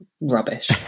rubbish